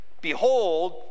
behold